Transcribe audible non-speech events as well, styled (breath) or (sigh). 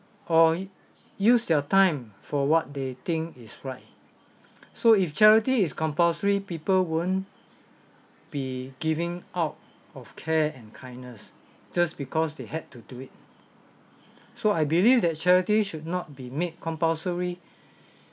or use their time for what they think is right so if charity is compulsory people won't be giving out of care and kindness just because they had to do it so I believe that charity should not be made compulsory (breath)